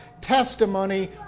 testimony